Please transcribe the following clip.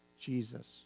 Jesus